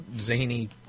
zany